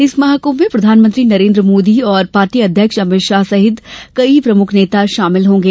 इस महाकुंभ में प्रधानमंत्री नरेन्द्र मोदी और पार्टी अध्यक्ष अमित शाह सहित कई प्रमुख नेता शामिल होंगे